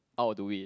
out do it